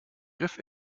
griff